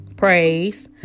praise